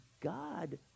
God